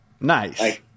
Nice